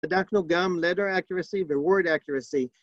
בדקנו גם, letter accuracy, וword accuracy.